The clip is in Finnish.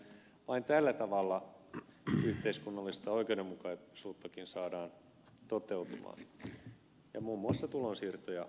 vain tällä tavalla yhteiskunnallista oikeudenmukaisuuttakin saadaan toteutumaan ja muun muassa tulonsiirtoja lisättyä